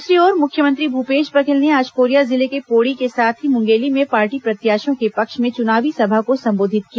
दूसरी ओर मुख्यमंत्री भूपेश बघेल ने आज कोरिया जिले के पोड़ी के साथ ही मुंगेली में पार्टी प्रत्याशी के पक्ष में चुनावी सभा को संबोधित किया